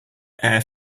air